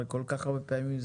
זה קורה כל כך הרבה פעמים.